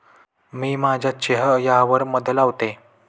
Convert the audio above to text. मी माझ्या चेह यावर मध लावते